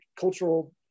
cultural